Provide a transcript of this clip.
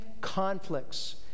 conflicts